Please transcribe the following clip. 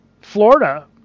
Florida